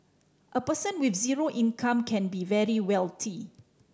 a person with zero income can be very wealthy